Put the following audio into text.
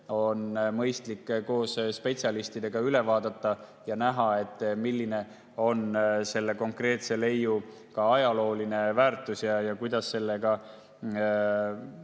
on mõistlik koos spetsialistidega üle vaadata, et näha, milline on konkreetse leiu ajalooline väärtus ja kuidas sellega